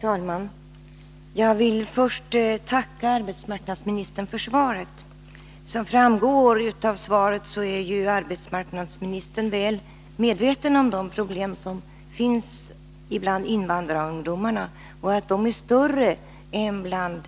Herr talman! Jag vill först tacka arbetsmarknadsministern för svaret. Som framgår av svaret är arbetsmarknadsministern väl medveten om de problem som finns bland invandrarungdomarna och att de är större än bland